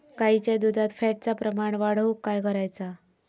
गाईच्या दुधात फॅटचा प्रमाण वाढवुक काय करायचा?